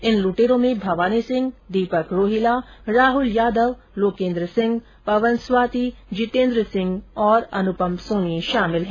इन लुटेरों में भवानी सिंह दीपक रोहिला राहुल यादव लोकेंद्र सिंह पवन स्वाती जितेंद्र सिंह और अनुपम सोनी हैं